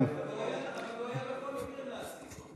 אבל הוא היה בכל מקרה נאצי.